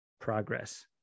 progress